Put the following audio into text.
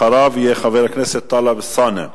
אחריו יהיה חבר הכנסת טלב אלסאנע.